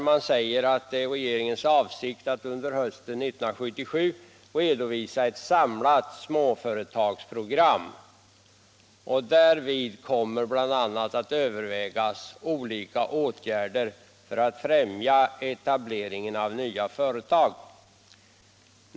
Man säger där att det är regeringens avsikt att under hösten 1977 redovisa ett samlat småföretagsprogram. Där kommer bl.a. att övervägas olika åtgärder för att främja etableringen av nya företag.